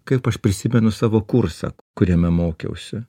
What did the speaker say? kaip aš prisimenu savo kursą kuriame mokiausi